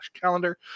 calendar